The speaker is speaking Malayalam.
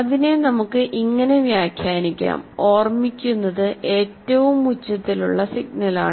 അതിനെ നമുക്ക് ഇങ്ങനെ വ്യാഖ്യാനിക്കാം ഓർമിക്കുന്നത് ഏറ്റവും ഉച്ചത്തിലുള്ള സിഗ്നലാണ്